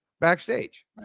backstage